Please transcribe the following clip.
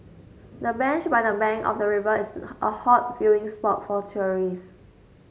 the bench by the bank of the river is a hot viewing spot for tourists